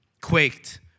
quaked